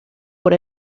por